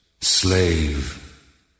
slave